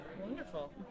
Wonderful